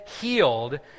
healed